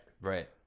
right